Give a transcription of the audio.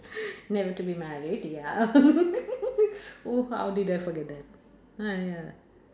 never to be married ya oo how did I forget that !aiya!